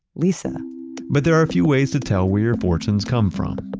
lisa but there are a few ways to tell where your fortunes come from.